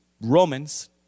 Romans